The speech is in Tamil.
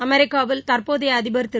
அமெிக்காவில் தற்போதைய அதிபர் திரு